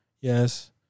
Yes